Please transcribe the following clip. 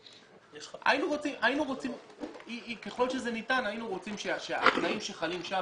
ככל שזה ניתן, היינו רוצים שהתנאים שחלים שם